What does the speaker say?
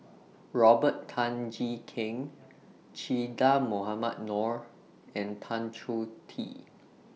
Robert Tan Jee Keng Che Dah Mohamed Noor and Tan Choh Tee